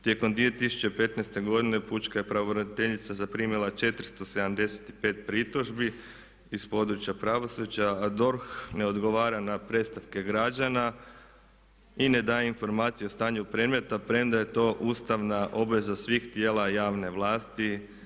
Tijekom 2015. pučka je pravobraniteljica zaprimila 475 pritužbi iz područja pravosuđa a DORH ne odgovara na predstavke građana i ne daje informacije o stanju predmeta premda je to ustavna obveza svih tijela javne vlasti.